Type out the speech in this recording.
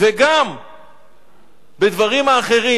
זה גם בדברים האחרים,